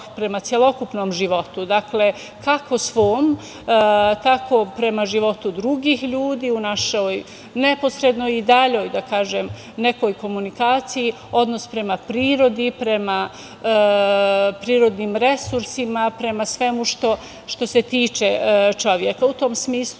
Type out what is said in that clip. prema celokupnom životu, kako svom, tako i prema životu drugih ljudi u našoj neposrednoj i daljoj komunikaciji, odnos prema prirodi, prema prirodnim resursima, prema svemu što se tiče čoveka.U tom smislu